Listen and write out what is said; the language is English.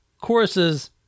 choruses